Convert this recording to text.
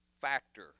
factor